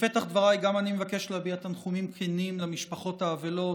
בפתח דבריי גם אני מבקש להביע תנחומים כנים למשפחות האבלות